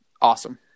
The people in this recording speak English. awesome